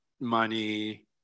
money